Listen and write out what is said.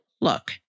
Look